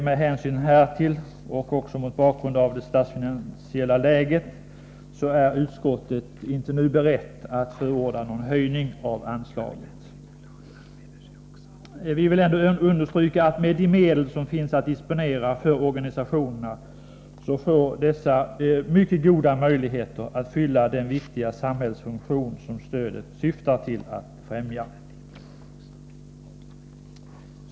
Med hänsyn härtill och mot bakgrund av det statsfinansiella läget är utskottet inte berett att nu förorda någon höjning av anslaget. Vi vill ändå understryka att organisationerna, med de medel som finns att disponera, får mycket goda möjligheter att fylla den viktiga samhällsfunktion som stödet syftar till att främja.